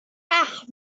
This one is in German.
ach